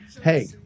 hey